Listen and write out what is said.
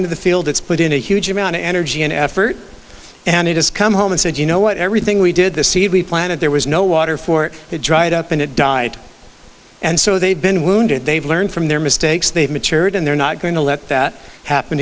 into the field it's put in a huge amount of energy and effort and it has come home and said you know what everything we did the seed we planted there was no water for it had dried up and it died and so they've been wounded they've learned from their mistakes they've matured and they're not going to let that happen